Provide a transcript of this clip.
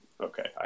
okay